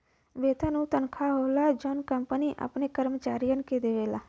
वेतन उ तनखा होला जौन कंपनी अपने कर्मचारियन के देवला